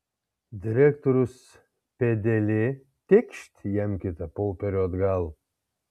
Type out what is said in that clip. direktorius pėdelė tėkšt jam kitą popierių atgal